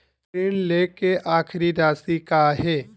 ऋण लेके आखिरी राशि का हे?